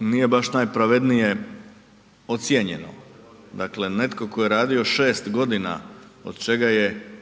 nije baš najpravednije ocijenjeno. Dakle netko tko je radio šest godina od čega je